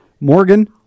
morgan